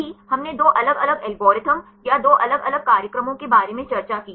अभी हमने दो अलग अलग एल्गोरिदम या दो अलग अलग कार्यक्रमों के बारे में चर्चा की